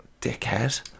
dickhead